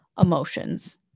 emotions